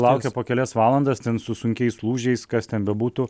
laukia po kelias valandas ten su sunkiais lūžiais kas ten bebūtų